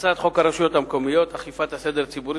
הצעת חוק הרשויות המקומיות (אכיפת הסדר הציבורי,